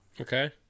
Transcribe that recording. Okay